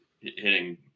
hitting